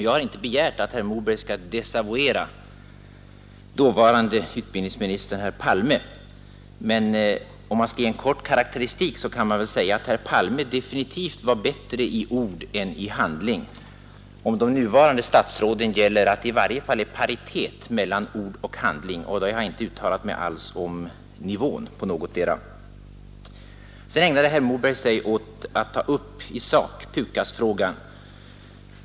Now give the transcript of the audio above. Jag har inte begärt att herr Moberg skall desavuera dåvarande utbildningsministern Palme. Om man skall ge en kort karakteristik kan man säga att Palme definitivt var bättre i ord än i handling. Om de nuvarande statsråden gäller i varje fall att det finns paritet mellan ord och handling — då har jag inte uttalat mig alls om nivån i någotdera fallet. Sedan ägnade sig herr Moberg åt att i sak ta upp PUKAS-frågan.